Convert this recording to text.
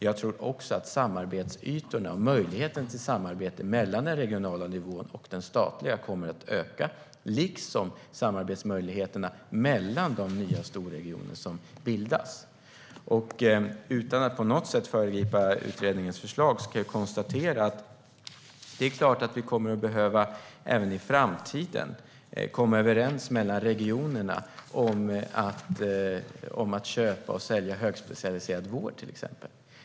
Jag tror också att samarbetsytorna och möjligheten till samarbete mellan den regionala nivån och den statliga kommer att öka, liksom samarbetsmöjligheterna mellan de nya storregioner som bildas. Utan att på något sätt föregripa utredningens förslag kan jag konstatera att det är klart att vi även i framtiden kommer att behöva komma överens mellan regionerna om att till exempel köpa och sälja högspecialiserad vård.